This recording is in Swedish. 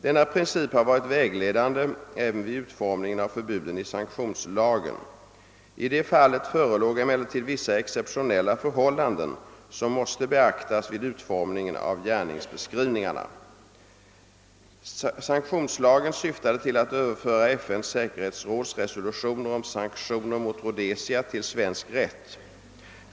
Denna princip har varit vägledande även vid utformningen av förbuden i sanktionslagen. I det fallet förelåg emellertid vissa exceptionella förhållanden som måste beaktas vid utformningen av gärningsbeskrivningarna. Sanktionslagen syftade till att överföra FN:s säkerhetsråds resolutioner om sanktioner mot Rhodesia till svensk rätt.